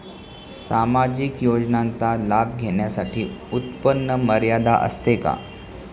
सामाजिक योजनांचा लाभ घेण्यासाठी उत्पन्न मर्यादा असते का?